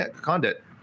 Condit